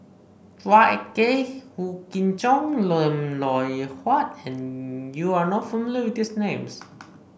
Chua Ek Kay Wong Kin Jong and Lim Loh Huat You are not familiar with these names